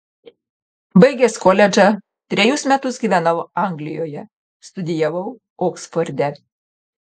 baigęs koledžą trejus metus gyvenau anglijoje studijavau oksforde